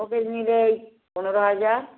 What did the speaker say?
showcase নিলে পনেরো হাজার